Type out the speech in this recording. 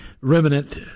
remnant